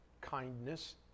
kindness